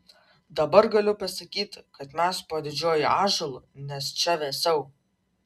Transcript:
dabar galiu pasakyti kad mes po didžiuoju ąžuolu nes čia vėsiau